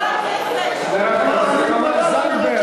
זה קשור לציונות?